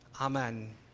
Amen